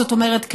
זאת אומרת,